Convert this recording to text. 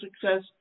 Success